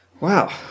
wow